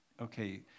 okay